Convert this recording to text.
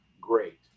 great